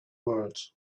world